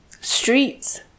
streets